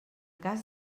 cas